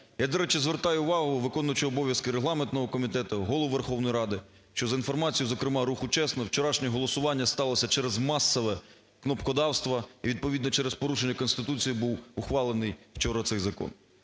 Я, до речі, звертаю увагу виконуючого обов'язки Регламентного комітету, Голову Верховної Ради, що за інформацією, зокрема руху "Чесно", вчорашнє голосування сталося через масове кнопкодавство, і відповідно через порушення Конституції був ухвалений вчора цей закон.